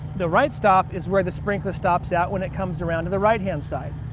the right stop is where the sprinkler stops at when it comes around to the right hand side.